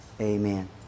amen